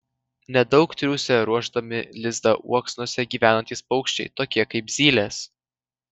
nedaug triūsia ruošdami lizdą uoksuose gyvenantys paukščiai tokie kaip zylės